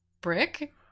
brick